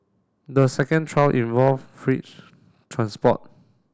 the second trial involve feight transport